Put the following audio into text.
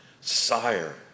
Sire